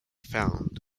found